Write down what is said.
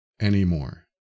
anymore